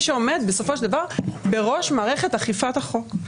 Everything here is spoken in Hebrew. שעומד בסופו של דבר בראש מערכת אכיפת החוק.